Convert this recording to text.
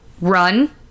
Run